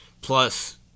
plus